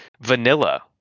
Vanilla